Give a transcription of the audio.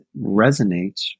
resonates